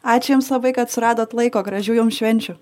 ačiū jums labai kad suradot laiko gražių jums švenčių